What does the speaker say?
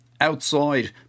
Outside